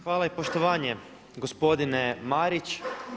Hvala i poštovanje gospodine Marić.